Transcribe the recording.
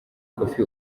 kofi